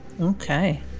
Okay